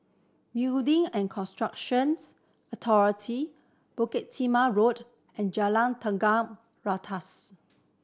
Building and Constructions Authority Bukit Timah Road and Jalan Tiga Ratus